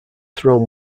throne